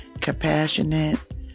compassionate